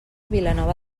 vilanova